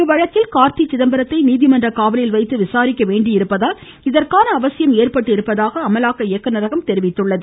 இவ்வழக்கில் கார்த்தி சிதம்பரத்தை நீதிமன்ற காவலில் வைத்து விசாரிக்க வேண்டியிருப்பதால் இதற்கான அவசியம் ஏற்பட்டிருப்பதாக அமலாக்க இயக்குநரகம் தெரிவித்துள்ளது